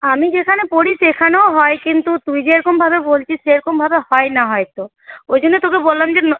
আমি যেখানে পড়ি সেখানেও হয় কিন্তু তুই যেরকমভাবে বলছিস সেরকমভাবে হয় না হয়তো ওই জন্য তোকে বলাম যে